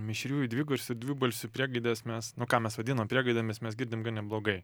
mišriųjų dvigarsių dvibalsių priegaides mes nu ką mes vadiname priegaidėmis mes girdim gan neblogai